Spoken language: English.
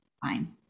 fine